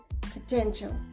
potential